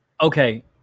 Okay